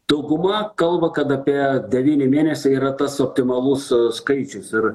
dauguma kalba kad apie devyni mėnesiai yra tas optimalus skaičius ir